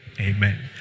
Amen